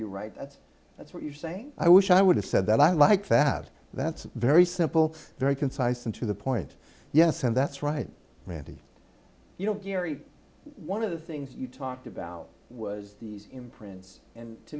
you right that's that's what you're saying i wish i would have said that i like that that's a very simple very concise and to the point yes and that's right randi you know gary one of the things you talked about was these imprints and to